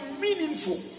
meaningful